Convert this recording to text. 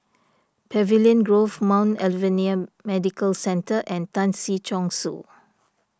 Pavilion Grove Mount Alvernia Medical Centre and Tan Si Chong Su